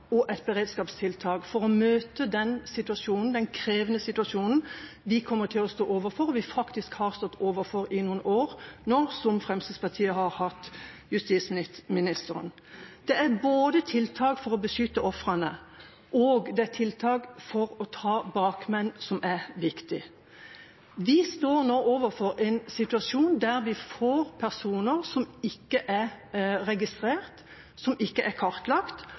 og et beredskapstiltak for å møte den situasjonen – den krevende situasjonen – vi kommer til å stå overfor, og vi faktisk har stått overfor i noen år nå som Fremskrittspartiet har hatt justisministeren. Det er både tiltak for å beskytte ofrene og tiltak for å ta bakmenn som er viktig. Vi står nå overfor en situasjon der vi får personer som ikke er registrert, som ikke er kartlagt,